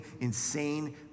insane